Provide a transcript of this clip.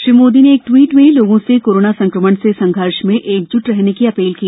श्री मोदी ने एक ट्वीट में लोगों से कोरोना संक्रमण से संघर्ष में एकजुट रहने की अपील की